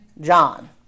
John